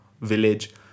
village